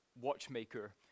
watchmaker